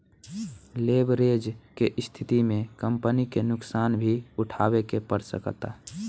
leverage के स्थिति में कंपनी के नुकसान भी उठावे के पड़ सकता